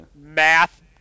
math